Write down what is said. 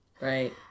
Right